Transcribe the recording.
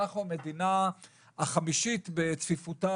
אנחנו המדינה החמישית בצפיפותה